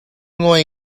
ngawi